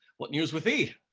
what news with thee?